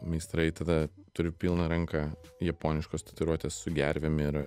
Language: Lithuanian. meistrai tada turiu pilną ranką japoniškos tatuiruotės su gervėm ir